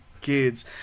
kids